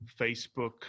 facebook